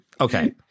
Okay